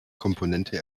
komponente